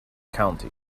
county